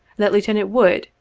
that lieutenant wood,